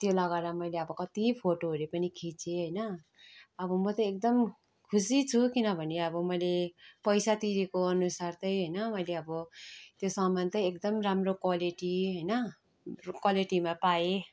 त्यो लगाएर मैले अब कति फोटोहरू पनि खिचेँ होइन अब म चाहिँ एकदम खुसी छु किनभने अब मैले पैसा तिरेको अनुसार चाहिँ होइन मैले अब त्यो सामान चाहिँ एकदम राम्रो क्वालिटी होइन रो क्वलिटीमा पाएँ